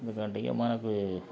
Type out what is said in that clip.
ఎందుకంటే ఇక మనకు